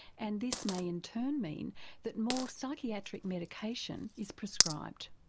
and this may in turn mean that more psychiatric medication is prescribed.